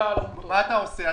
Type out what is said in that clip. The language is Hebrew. מה אתה עושה?